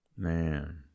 Man